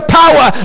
power